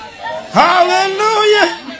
hallelujah